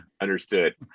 Understood